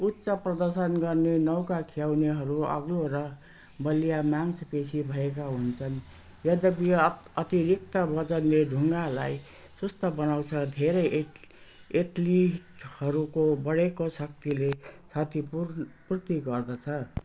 उच्च प्रदर्शन गर्ने नौका खियाउनेहरू अग्लो र बलिया मांसपेसी भएका हुन्छन् यद्यपि अत अतिरिक्त वजनले डुङ्गालाई सुस्त बनाउँछ धेरै एथ एथलिटहरूको बढेको शक्तिले क्षतिपूर् पूर्ति गर्दछ